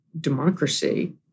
democracy